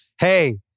hey